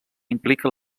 implica